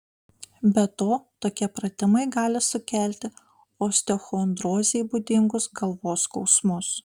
be to tokie pratimai gali sukelti osteochondrozei būdingus galvos skausmus